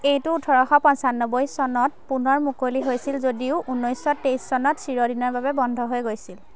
এইটো ওঠৰশ পঁচানব্বৈ চনত পুনৰ মুকলি হৈছিল যদিও ঊনৈছ তেইছ চনত চিৰদিনৰ বাবে বন্ধ হৈ গৈছিল